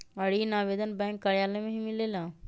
ऋण आवेदन बैंक कार्यालय मे ही मिलेला?